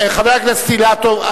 חבר הכנסת אילטוב,